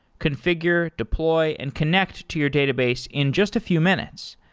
configure, deploy and connect to your database in just a few minutes.